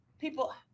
people